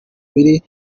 biri